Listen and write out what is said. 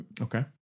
Okay